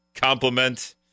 compliment